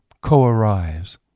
co-arise